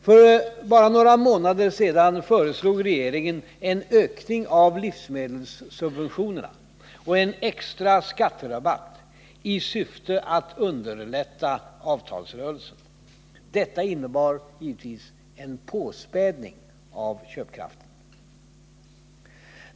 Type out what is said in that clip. För bara några månader sedan föreslog regeringen en ökning av livsmedelssubventionerna och en extra skatterabatt i syfte att underlätta avtalsrörelsen. Detta innebar givetvis en påspädning av köpkraften.